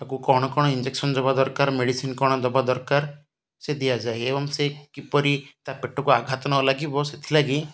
ତାକୁ କ'ଣ କ'ଣ ଇଞ୍ଜେକ୍ସନ୍ ଦେବା ଦରକାର ମେଡ଼ିସିନ୍ କ'ଣ ଦେବା ଦରକାର ସେ ଦିଆଯାଏ ଏବଂ ସେ କିପରି ତା ପେଟକୁ ଆଘାତ ନ ଲାଗିବ ସେଥିଲାଗି